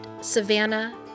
Savannah